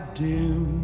dim